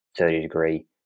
30-degree